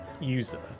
user